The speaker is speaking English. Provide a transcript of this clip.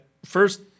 First